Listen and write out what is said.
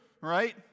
right